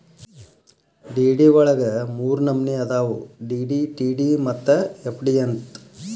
DD ವಳಗ ಮೂರ್ನಮ್ನಿ ಅದಾವು ಡಿ.ಡಿ, ಟಿ.ಡಿ ಮತ್ತ ಎಫ್.ಡಿ ಅಂತ್